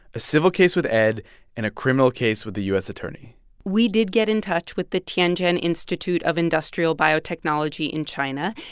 a civil case with ed and a criminal case with the u s. attorney we did get in touch with the tianjin institute of industrial biotechnology in china.